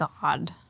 God